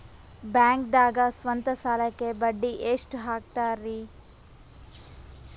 ಬ್ಯಾಂಕ್ದಾಗ ಸ್ವಂತ ಸಾಲಕ್ಕೆ ಬಡ್ಡಿ ಎಷ್ಟ್ ಹಕ್ತಾರಿ?